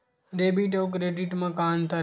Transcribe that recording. Debit अउ credit म का अंतर हे?